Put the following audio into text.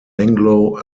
anglo